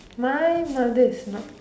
my mother is not